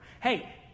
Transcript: Hey